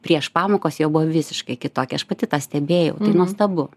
prieš pamokas jo buvo visiškai kitokia aš pati pastebėjau tai nuostabu